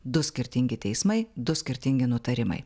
du skirtingi teismai du skirtingi nutarimai